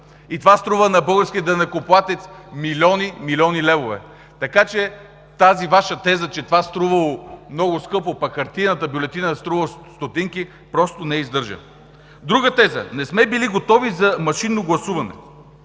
и това струва на българския данъкоплатец милиони, милиони левове, така че тази Ваша теза, че това струвало много скъпо, а хартиената бюлетина струва стотинки, не издържа. Друга теза – не сме били готови за машинно гласуване.